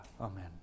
Amen